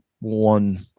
one